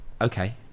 okay